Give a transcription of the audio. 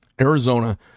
Arizona